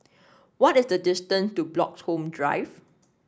what is the distance to Bloxhome Drive